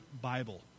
Bible